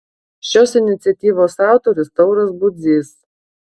šios iniciatyvos autorius tauras budzys